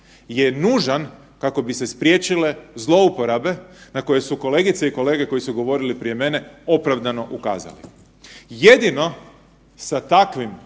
je nužan kako bi se spriječile zlouporabe na koje su kolegice i kolege koji su govorili prije mene opravdano ukazali. Jedino sa takvim